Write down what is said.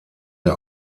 der